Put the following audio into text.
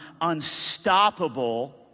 unstoppable